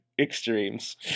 extremes